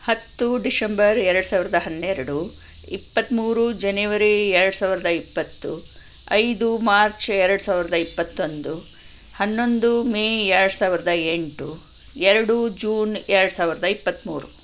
ಹತ್ತು ಡಿಶೆಂಬರ್ ಎರಡು ಸಾವಿರದ ಹನ್ನೆರಡು ಇಪ್ಪತ್ತ್ಮೂರು ಜನೆವರಿ ಎರಡು ಸಾವಿರದ ಇಪ್ಪತ್ತು ಐದು ಮಾರ್ಚ್ ಎರಡು ಸಾವಿರದ ಇಪ್ಪತ್ತೊಂದು ಹನ್ನೊಂದು ಮೇ ಎರಡು ಸಾವಿರದ ಎಂಟು ಎರಡು ಜೂನ್ ಎರಡು ಸಾವಿರದ ಇಪ್ಪತ್ತ್ಮೂರು